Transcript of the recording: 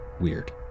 weird